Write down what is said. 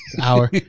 hour